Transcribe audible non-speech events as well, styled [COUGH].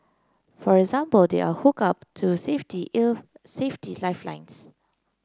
for example they are hooked up to safety [UNINTELLIGIBLE] safety lifelines